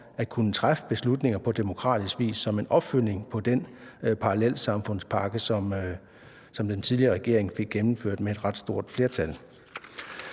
at kunne træffe beslutninger på demokratisk vis, som en opfølgning på den parallelsamfundspakke, som den tidligere regering fik gennemført med et ret stort flertal.